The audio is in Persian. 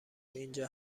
اینجا